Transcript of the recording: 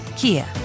Kia